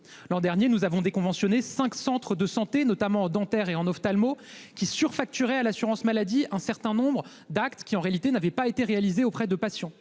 L'an dernier nous avons déconventionner 5 centres de santé notamment dentaires et en ophtalmo qui surfacturé à l'assurance maladie, un certain nombre d'actes qui en réalité n'avait pas été réalisés auprès de patients